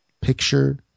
picture